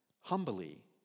humbly